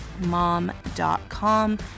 mom.com